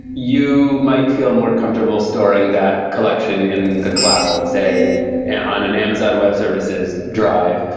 you might feel more comfortable storing that collection in the cloud, say yeah on an amazon web service's drive.